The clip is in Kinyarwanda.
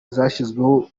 zashyizweho